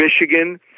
Michigan